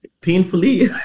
Painfully